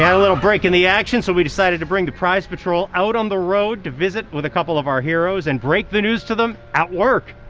yeah a little break in the action so we decided to bring the prize patrol out on the road to visit with a couple of our heroes and break the news to them at work.